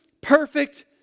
perfect